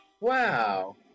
Wow